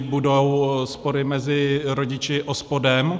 Budou spory mezi rodiči a OSPODem.